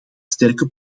sterke